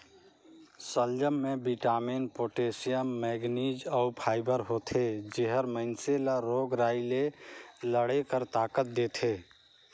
सलजम में vitamin, potassium, manganese अउ फाइबर होथे जेहर मइनसे ल रोग राई ले लड़े कर ताकत देथे